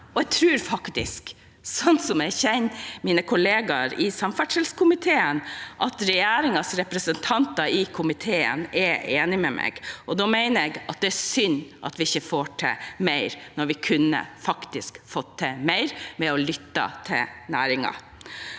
Jeg tror faktisk, slik som jeg kjenner mine kollegaer i samferdselskomiteen, at regjeringspartienes representanter i komiteen er enig med meg. Da mener jeg det er synd at vi ikke får til mer, når vi faktisk kunne ha fått til mer ved å lytte til næringen.